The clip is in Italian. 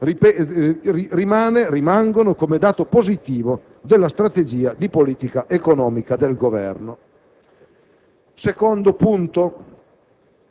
rimane come dato positivo della strategia di politica economica del Governo. Il